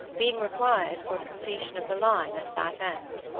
being required for the completion of the line at that end.